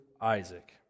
Isaac